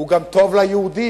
זה גם טוב ליהודים,